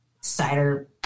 cider